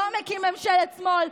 לא מקים ממשלת שמאל.